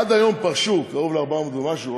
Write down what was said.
עד היום פרשו קרוב ל-400 ומשהו,